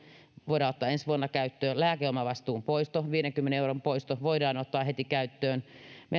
voidaan ottaa ensi vuonna käyttöön lääkeomavastuun poisto viidenkymmenen euron poisto voidaan ottaa heti käyttöön